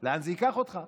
לאן זה ייקח אותך.